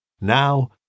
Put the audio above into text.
Now